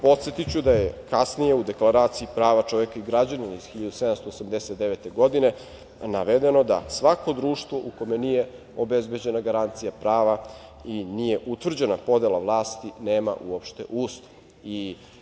Podsetiću da je kasnije u Deklaraciji prava čoveka i građana iz 1789. godine navedeno da svako društvo u kome nije obezbeđena garancija prava i nije utvrđena podela vlasti, nema uopšte Ustav.